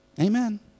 Amen